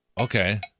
Okay